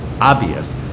obvious